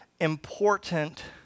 important